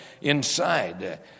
inside